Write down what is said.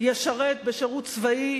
ישרת בשירות צבאי,